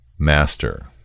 Master